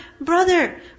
brother